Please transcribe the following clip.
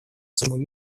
всему